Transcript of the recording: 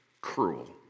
cruel